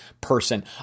person